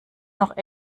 noch